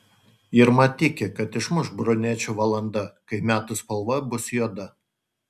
irma tiki kad išmuš brunečių valanda kai metų spalva bus juoda